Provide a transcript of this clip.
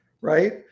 right